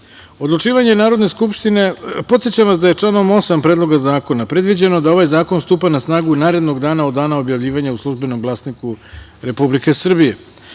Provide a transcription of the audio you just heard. Predlog zakona u načelu. Podsećam vas da je članom 8. Predloga zakona predviđeno da ovaj zakon stupa na snagu narednog dana od dana objavljivanja u „Službenom glasniku Republike Srbije“.Prema